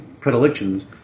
predilections